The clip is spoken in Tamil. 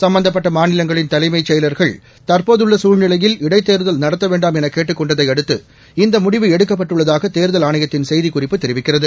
சும்பந்தப்பட்ட மாநிலங்களின் தலைமைச் செயலாளர்கள் தற்போதுள்ள சூழ்நிலையில் இடைத்தோதல் நடத்த வேண்டாம் என கேட்டுக் கொண்டதை அடுத்து இந்த முடிவு எடுக்கப்பட்டுள்ளதாக தேர்தல் ஆணையத்தின் செய்திக்குறிப்பு தெரிவிக்கிறது